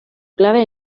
clave